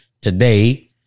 today